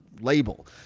label